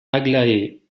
aglaé